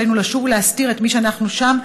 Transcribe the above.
עלינו לשוב ולהסתיר את מי שאנחנו שם,